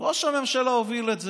ראש הממשלה הוביל את זה,